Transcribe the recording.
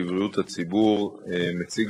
לתת